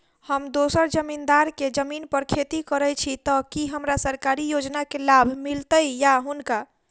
हम दोसर जमींदार केँ जमीन पर खेती करै छी तऽ की हमरा सरकारी योजना केँ लाभ मीलतय या हुनका?